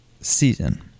season